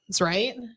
right